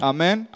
Amen